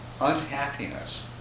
unhappiness